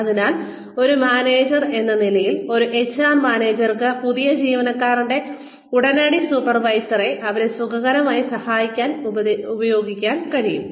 അതിനാൽ ഒരു മാനേജർ എന്ന നിലയിൽ ഒരു എച്ച്ആർ മാനേജർക്ക് പുതിയ ജീവനക്കാരന്റെ ഉടനടി സൂപ്പർവൈസറെ അവരെ സുഖകരമാക്കാൻ സഹായിക്കാൻ ഉപദേശിക്കാൻ കഴിയും